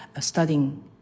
studying